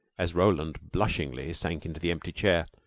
as roland blushingly sank into the empty chair.